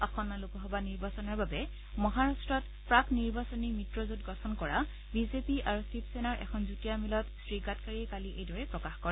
আসন্ন লোকসভা নিৰ্বাচনৰ বাবে মহাৰাট্টত প্ৰাক্ নিৰ্বাচনী মিত্ৰজোঁট গঠন কৰা বিজেপি আৰু শিৱসেনাৰ এখন যুটীয়া মেলত শ্ৰীগাডকাৰীয়ে কালি এইদৰে প্ৰকাশ কৰে